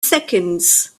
seconds